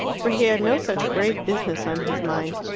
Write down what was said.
for he had no such grave business on his mind.